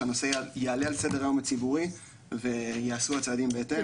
שהנושא יעלה על סדר היום הציבורי ויעשו הצעדים בהתאם.